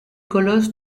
colosse